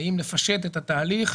האם לפשט את התהליך,